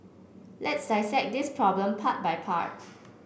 let's dissect this problem part by part